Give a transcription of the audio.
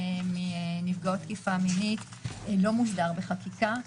מנפגעות תקיפה מינית אינו מוסדר בחקיקה,